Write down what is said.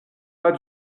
pas